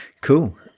Cool